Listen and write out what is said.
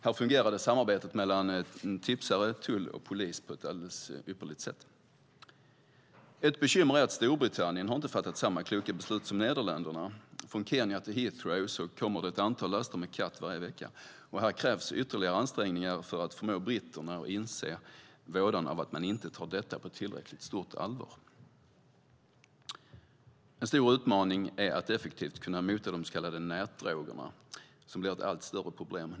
Här fungerade samarbetet mellan tipsare, tull och polis på ett alldeles ypperligt sätt. Ett bekymmer är att Storbritannien inte har fattat samma kloka beslut som Nederländerna. Från Kenya till Heathrow kommer ett antal laster med kat varje vecka. Här krävs ytterligare ansträngningar för att förmå britterna att inse vådan av att inte ta detta på tillräckligt stort allvar. En stor utmaning är att effektivt kunna mota de så kallade nätdrogerna, som blir ett allt större problem.